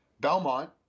Belmont